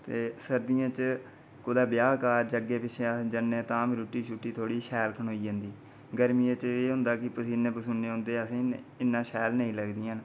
ते सर्दियें च कुदै ब्याह् कारज अग्गें पिच्छें जन्ने तां बी रुट्टी शुट्टी थोह्ड़ी शैल खनोई जंदी गर्मियें च एह् होंदा की पसीने पसूने आई जंदे असेंगी ते इन्ना शैल नेईं लगदियां हैन